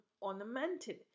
ornamented